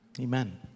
amen